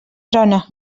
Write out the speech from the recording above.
trona